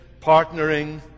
partnering